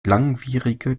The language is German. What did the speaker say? langwierige